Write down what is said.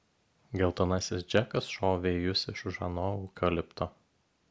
geltonasis džekas šovė į jus iš už ano eukalipto